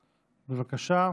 בבקשה.